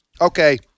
okay